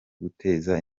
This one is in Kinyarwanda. guteza